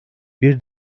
bir